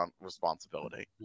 responsibility